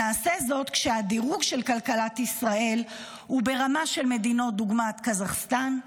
נעשה זאת כשהדירוג של כלכלת ישראל הוא ברמה של מדינות דוגמת קזחסטן,